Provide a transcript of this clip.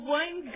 one